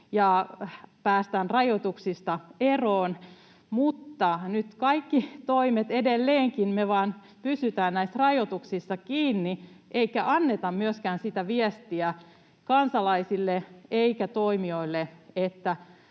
ja päästään rajoituksista eroon, mutta nyt edelleenkin me vain pysytään näissä rajoituksissa kiinni eikä anneta myöskään sitä viestiä kansalaisille eikä toimijoille,